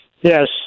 Yes